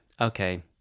okay